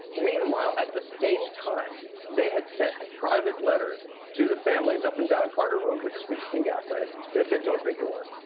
meanwhile, at the same time they had sent private letters to the families up and down carter road, which is featured in gasland, and it said don't drink your water.